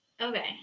Okay